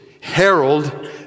herald